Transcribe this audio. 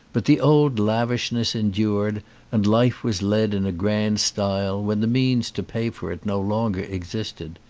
but the old lavishness endured and life was led in a grand style when the means to pay for it no longer existed.